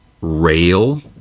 Rail